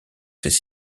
ses